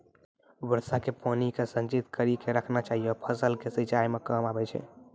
वर्षा के पानी के संचित कड़ी के रखना चाहियौ फ़सल के सिंचाई मे काम आबै छै?